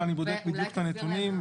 אבל אני בודק את הנתונים.